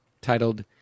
titled